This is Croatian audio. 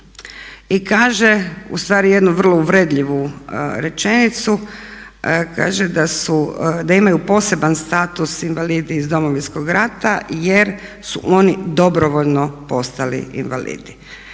I kaže ustvari jednu vrlo uvredljivu rečenicu, kaže da imaju poseban status invalidi iz Domovinskog rata jer su oni dobrovoljno postali invalidi.